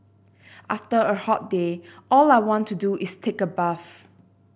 after a hot day all I want to do is take a bath